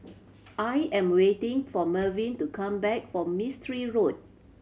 I am waiting for Merwin to come back from Mistri Road